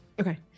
Okay